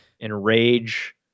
enrage